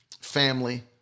family